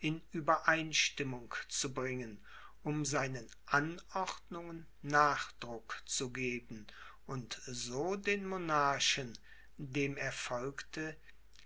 in uebereinstimmung zu bringen um seinen anordnungen nachdruck zu geben und so den monarchen dem er folgte